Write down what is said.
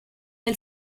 del